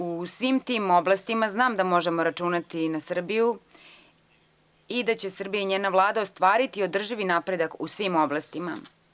U svim tim oblastima znam da možemo računati na Srbiju i da će Srbija i njena Vlada ostvariti održivi napredak u svim oblastima.